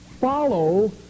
follow